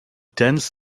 dense